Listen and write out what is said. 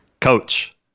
Coach